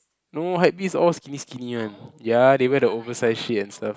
no hypebeast all skinny skinny one ya they wear the oversize shit and stuff